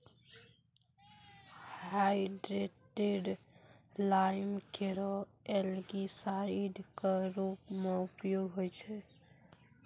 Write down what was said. hydrated lime केरो algicide क रूप म उपयोग होय छै